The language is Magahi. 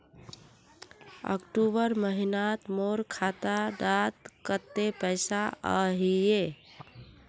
अक्टूबर महीनात मोर खाता डात कत्ते पैसा अहिये?